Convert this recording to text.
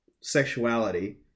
sexuality